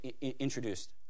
introduced